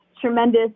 Tremendous